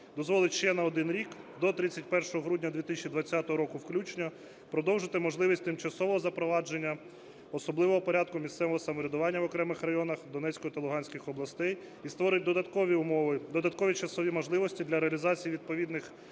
дозволить ще на 1 рік, до 31 грудня 2020 року включно, продовжити можливість тимчасового запровадження особливого порядку місцевого самоврядування в окремих районах Донецької та Луганської областей і створить додаткові умови, додаткові часові можливості для реалізації відповідних